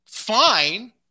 Fine